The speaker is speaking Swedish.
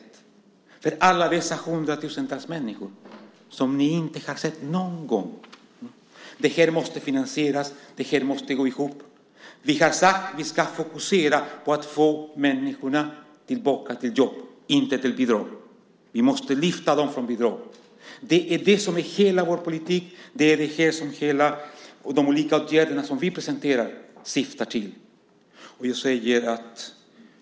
Det gäller alla dessa hundratusentals människor som ni inte har sett någon gång. Det här måste finansieras och gå ihop. Vi har sagt att vi ska fokusera på att få människorna tillbaka till jobb, inte till bidrag. Vi måste lyfta upp dem från bidrag. Det är det som är hela vår politik. Det är det som de olika åtgärderna vi presenterar syftar till.